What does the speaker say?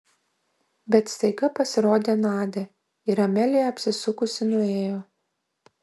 bet staiga pasirodė nadia ir amelija apsisukusi nuėjo